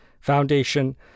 Foundation